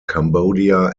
cambodia